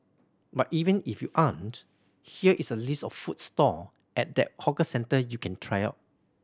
but even if you aren't here is a list of food stall at that hawker centre you can try out